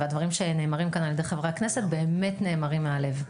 הדברים שנאמרים כאן על ידי חברי הכנסת באמת נאמרים מהלב.